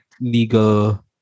legal